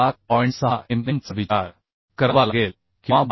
6 mm चा विचार करावा लागेल किंवा 12 मि